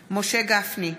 גפני,